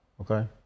Okay